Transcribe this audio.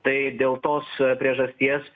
tai dėl tos priežasties